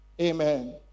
Amen